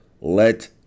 Let